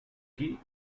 qui